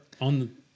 on